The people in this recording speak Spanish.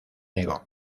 negó